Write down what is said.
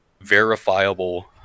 verifiable